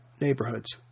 neighborhoods